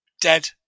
dead